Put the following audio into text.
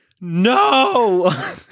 No